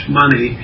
money